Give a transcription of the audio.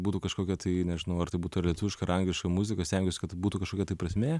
būtų kažkokio tai nežinau ar tai būtų ar lietuviška ar angliška muzika stengiuosi kad tai būtų kažkokia prasmė